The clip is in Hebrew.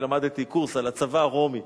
אני למדתי קורס על הצבא הרומי,